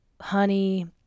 honey